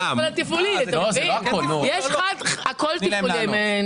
הכול תפעולי.